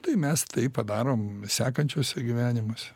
tai mes tai padarom sekančiuose gyvenimuose